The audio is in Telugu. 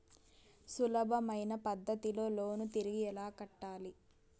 సులభమైన పద్ధతిలో లోను తిరిగి ఎలా కట్టాలి